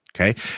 okay